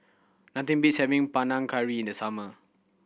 nothing beats having Panang Curry in the summer